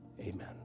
amen